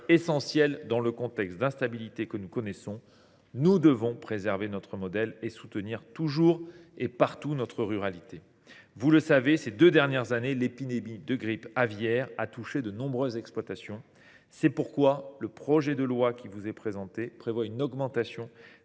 essentielle dans le contexte d’instabilité que nous connaissons. Nous devons préserver notre modèle et soutenir, toujours et partout, notre ruralité. Ces deux dernières années, l’épidémie de grippe aviaire a touché de nombreuses exploitations. C’est pourquoi le projet de loi qui vous est présenté, mesdames,